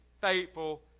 faithful